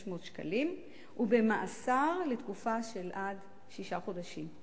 שקלים ובמאסר לתקופה של עד שישה חודשים.